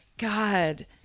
God